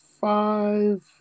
five